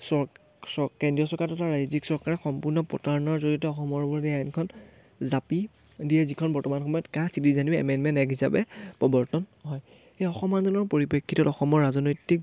চৰ চ কেন্দ্ৰীয় চৰকাৰ তথা ৰাজ্যিক চৰকাৰে সম্পূৰ্ণ প্ৰতাৰণাৰ জড়িয়তে অসমৰ ওপৰত এই আইনখন জাপি দিয়ে যিখন বৰ্তমান সময়ত কা চিটিজেনশ্বিপ এমেণ্ডমেণ্ট এক্ট হিচাপে প্ৰৱৰ্তন হয় এই অসম আন্দোলনৰ পৰিপ্ৰেক্ষিত অসমৰ ৰাজনৈতিক